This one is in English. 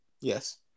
Yes